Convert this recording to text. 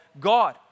God